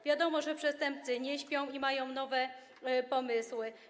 Wiadomo, że przestępcy nie śpią i mają nowe pomysły.